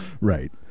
Right